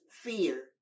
fear